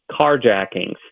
carjackings